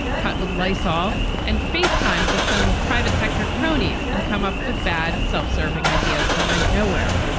cut with lysol and face time with some private sector cronies and come up with bad, self-serving ideas that went nowhere.